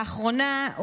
לאחרונה,